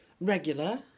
regular